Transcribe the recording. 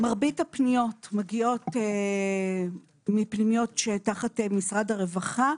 מרבית הפניות מגיעות מפניות שתחת משרד הרווחה.